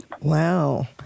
Wow